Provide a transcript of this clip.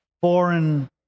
foreign